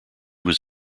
was